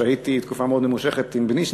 שהיתי תקופה מאוד ממושכת עם בני,